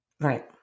Right